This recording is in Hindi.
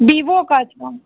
विवों का था